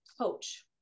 coach